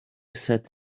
sat